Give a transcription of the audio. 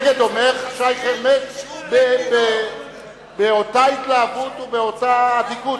מנגד אומר שי חרמש באותה התלהבות ובאותה אדיקות,